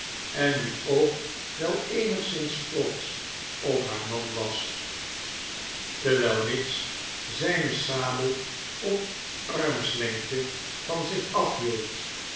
en nu ook wel eenigszins trotsch op haar man was terwijl miggs zijne sabel op armslengte van zich afhield